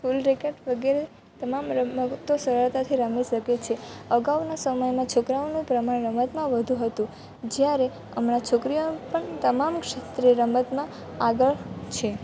full racket વગેરે તમામ રમતો સરળતાથી રમી શકે છે અગાઉના સમયમાં છોકરાઓનું પ્રમાણ રમતમાં વધુ હતું જ્યારે હમણાં છોકરીઓ પણ તમામ ક્ષેત્રે રમતમાં આગળ છે